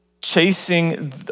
chasing